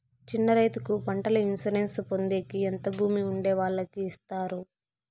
చిన్న రైతుకు పంటల ఇన్సూరెన్సు పొందేకి ఎంత భూమి ఉండే వాళ్ళకి ఇస్తారు?